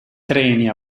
treni